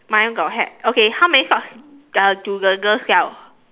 my one got hat okay how many socks does do the girl sell